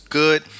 good